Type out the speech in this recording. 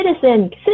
citizen